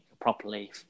properly